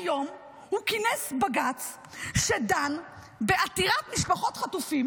היום הוא כינס בג"ץ שדן בעתירת משפחות חטופים